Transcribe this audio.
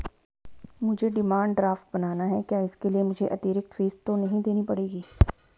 मुझे demand draft बनाना है क्या इसके लिए मुझे अतिरिक्त फीस तो नहीं देनी पड़ेगी?